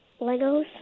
Legos